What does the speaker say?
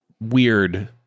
weird